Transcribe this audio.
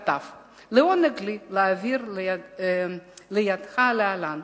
כתב: "לעונג לי להעביר לידיך להלן,